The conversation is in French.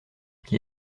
qui